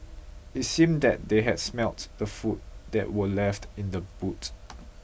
it seemed that they had smelt the food that were left in the boot